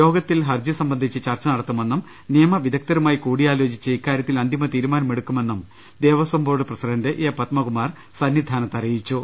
യോഗത്തിൽ ഹർജി സംബന്ധിച്ച് ചർച്ച നടത്തുമെന്നും നിയമവിദഗ്ദ്ധരുമായി കൂടിയാലോചിച്ച് ഇക്കാര്യത്തിൽ അന്തിമ തീരുമാനമെടുക്കുമെന്നും Devaswom board president A Padmakumar സന്നിധാനത്ത് അറിയിച്ചു